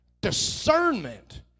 Discernment